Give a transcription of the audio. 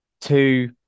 two